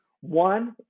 One